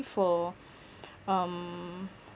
for um